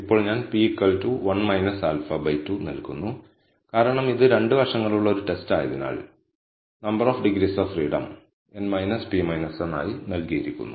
ഇപ്പോൾ ഞാൻ p 1 α2 നൽകുന്നു കാരണം ഇത് രണ്ട് വശങ്ങളുള്ള ഒരു ടെസ്റ്റ് ആയതിനാൽ number of degrees of freedom n p 1 ആയി നൽകിയിരിക്കുന്നു